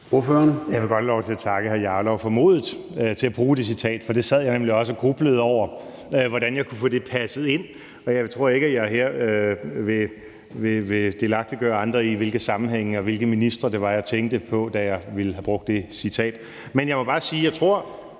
lov til at takke hr. Rasmus Jarlov for modet til at bruge det citat, for det sad jeg nemlig også og grublede over hvordan jeg kunne få passet ind. Jeg tror ikke, at jeg her vil delagtiggøre andre i, hvilke sammenhænge og hvilke ministre det var, jeg tænkte på, da jeg ville have brugt det citat. Men jeg må bare sige, at jeg tror,